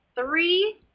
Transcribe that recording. three